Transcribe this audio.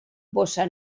bossa